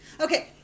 Okay